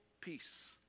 peace